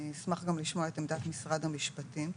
אני אשמח גם לשמוע את עמדת משרד המשפטים.